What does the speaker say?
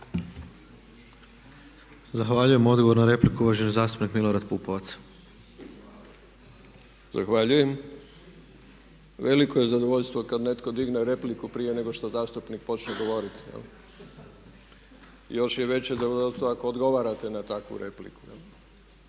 Zahvaljujem. Odgovor na repliku, uvaženi zastupnik Milorad Pupovac? **Pupovac, Milorad (SDSS)** Zahvaljujem. Veliko je zadovoljstvo kad netko digne repliku prije nego što zastupnik počne govoriti. Još je veće zadovoljstvo ako odgovarate na takvu repliku.